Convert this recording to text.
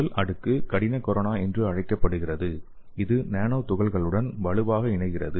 முதல் அடுக்கு கடின கொரோனா என அழைக்கப்படுகிறது இது நானோ துகள்களுடன் வலுவாக இணைகிறது